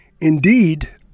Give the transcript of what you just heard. Indeed